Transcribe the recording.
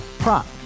Prop